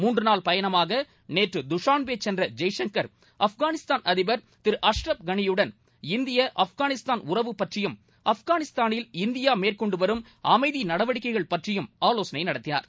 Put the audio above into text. மூன்று நாள் பயணமாக நேற்று துஷான்பே சென்ற ஜெய்சங்கர் ஆப்கானிஸ்தான் அதிபர் திரு அஷ்ரஃப் களியுடன் இந்திய ஆப்கானிஸ்தான் உறவு பற்றியும் மேற்கொண்டு வரும் அமைதி நடவடிக்கைகள் பற்றியும் ஆவோசனை நடத்தினார்